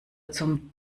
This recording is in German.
zum